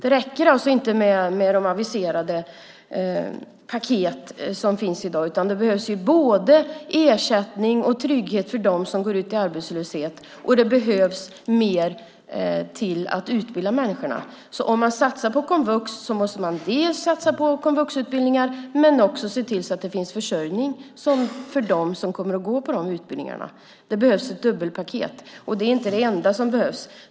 Det räcker alltså inte med de aviserade paket som finns i dag. Det behövs både ersättning och trygghet för dem som går ut i arbetslöshet, och det behövs mer för att utbilda människorna. Om man satsar på komvux måste man dels satsa på komvuxutbildningar, dels se till att det finns försörjning för dem som kommer att gå på utbildningarna. Det behövs ett dubbelpaket. Det är inte det enda som behövs.